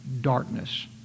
darkness